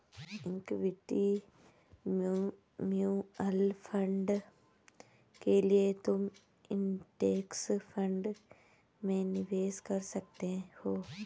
equity mutual fund के लिए तुम इंडेक्स फंड में निवेश कर सकते हो